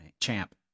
Champ